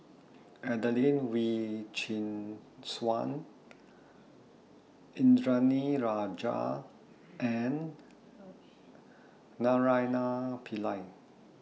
Adelene Wee Chin Suan Indranee Rajah and Naraina Pillai